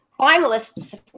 finalists